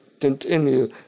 continue